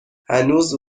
هنوز